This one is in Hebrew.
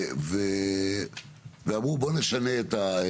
ואמרו בוא נשנה.